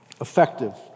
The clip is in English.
effective